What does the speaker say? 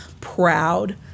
proud